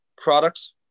products